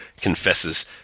confesses